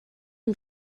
amb